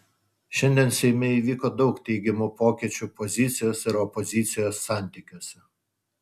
šiandien seime įvyko daug teigiamų pokyčių pozicijos ir opozicijos santykiuose